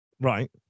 Right